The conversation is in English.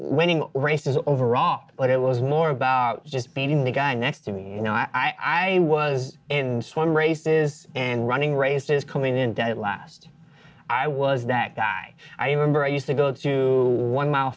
winning races overall but it was more about just being the guy next to me you know i was in one races and running races coming in dead last i was that guy i remember i used to go to one m